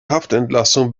haftentlassung